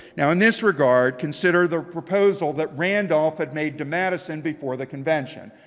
now in this regard, consider the proposal that randolph had made to madison before the convention.